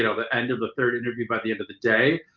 you know the end of the third interview by the end of the day.